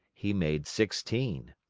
he made sixteen.